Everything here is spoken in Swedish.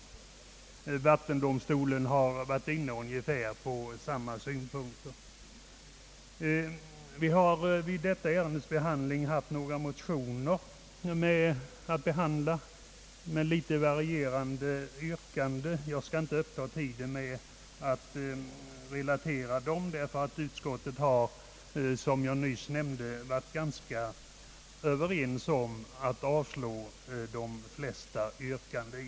Vattendomstolen har varit inne på ungefär samma synpunkter. I anslutning till propositionen har utskottet haft att behandla några motioner med varierande yrkanden. Jag skall inte uppta tiden med att relatera dem, ty utskottet har, som jag nyss nämnt, varit tämligen överens om att avstyrka de flesta yrkandena.